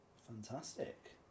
Fantastic